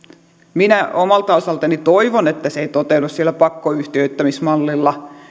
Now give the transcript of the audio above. minä omalta osaltani toivon että se ei toteudu sillä pakkoyhtiöittämismallilla